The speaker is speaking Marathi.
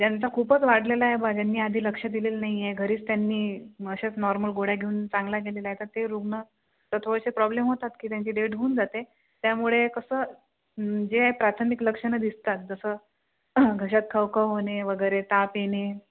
ज्यांचा खूपच वाढलेला आहे बा ज्यांनी आधी लक्ष दिलेलं नाही आहे घरीच त्यांनी अशाच नॉर्मल गोळ्या घेऊन चांगला केलेला आहे तर ते रूग्ण तर थोडेसे प्रॉब्लेम होतात की त्यांची डेड होऊन जाते त्यामुळे कसं जे प्राथमिक लक्षणं दिसतात जसं घशात खवखव होणे वगैरे ताप येणे